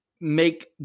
make